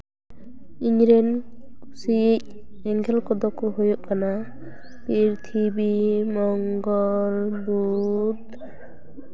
ᱤᱧ ᱨᱮᱱ ᱠᱩᱥᱤᱭᱤᱡ ᱮᱸᱜᱮᱞ ᱠᱚᱫᱚ ᱠᱚ ᱦᱩᱭᱩᱜ ᱠᱟᱱᱟ ᱯᱤᱨᱛᱷᱤᱵᱤ ᱢᱚᱝᱜᱚᱞ ᱵᱩᱫᱷ